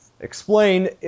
Explain